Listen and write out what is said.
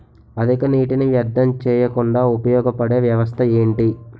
అధిక నీటినీ వ్యర్థం చేయకుండా ఉపయోగ పడే వ్యవస్థ ఏంటి